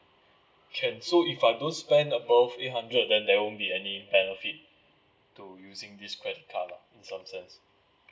can so if I don't spend above eight hundred then there won't be any benefit to using this credit card lah in some sense